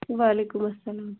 وعلیکُم اَسلام